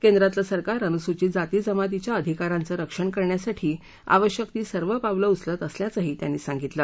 केंद्रातलं सरकार अनुसूचित जाती जमातींच्या अधिकारांचं रक्षण करण्यासाठी आवश्यक ती सर्व पावलं उचलत करायलाही त्यांनी सांगितलं